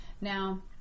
Now